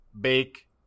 bake